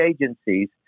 agencies